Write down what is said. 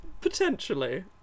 Potentially